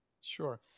Sure